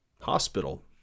hospital